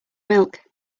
milk